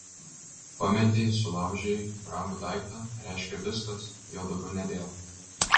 pametei sulaužei brangų daiktą reiškia viskas jo daugiau nebėra